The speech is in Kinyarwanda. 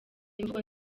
imvugo